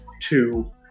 two